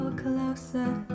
closer